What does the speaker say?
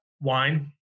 wine